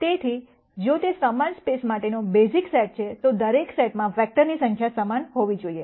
તેથી જો તે સમાન સ્પેસ માટેનો બેઝિક સેટ છે તો દરેક સેટમાં વેક્ટરની સંખ્યા સમાન હોવી જોઈએ